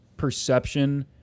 perception